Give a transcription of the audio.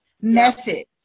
message